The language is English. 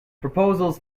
proposals